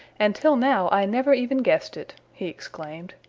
and till now i never even guessed it, he exclaimed.